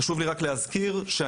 חשוב לי רק להזכיר שהיחידה,